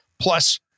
plus